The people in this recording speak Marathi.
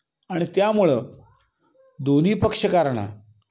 आणि त्यामुळं दोन्ही पक्षकाराना